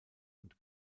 und